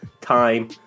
time